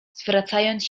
zwracając